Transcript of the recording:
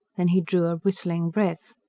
then he drew a whistling breath.